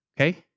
Okay